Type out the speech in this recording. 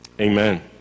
amen